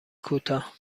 کوتاه